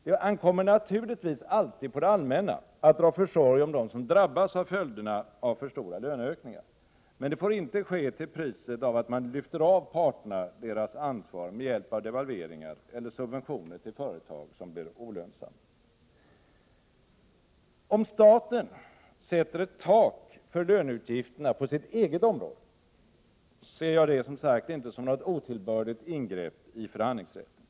Det ankommer naturligtvis alltid på det allmänna att dra försorg om dem som drabbas av följderna av för stora löneökningar. Men det får inte ske till priset av att man lyfter av parterna deras ansvar med hjälp av devalveringar eller subventioner till företag som blir olönsamma. Om staten sätter ett tak för löneutgifterna på sitt eget område, ser jag det, som sagt, inte som något otillbörligt ingrepp i förhandlingsrätten.